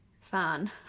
fan